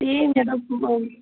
تی مےٚ دوٚپ